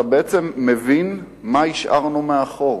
אתה מבין בעצם מה השארנו מאחור.